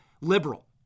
liberal